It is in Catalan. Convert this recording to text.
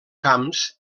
camps